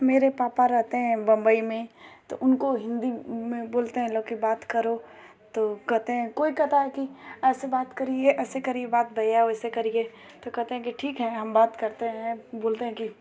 मेरे पापा रहते हैं बंबई में तो उनको हिंदी मैं कहते हैं लोग की बात करो तो कहते हैं कोई कहता है कि ऐसे बात करिए ऐसे करिए बात भैया ओइसे करिए ता कहते हैं की ठीक है हम बात करते है बोलते हैं कि